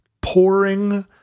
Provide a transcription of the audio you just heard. pouring